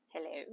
Hello